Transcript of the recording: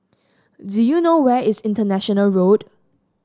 do you know where is International Road